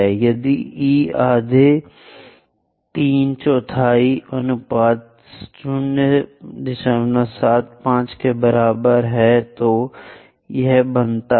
यदि e आधे तीन चौथाई अनुपात 075 के बराबर है तो यह बनता है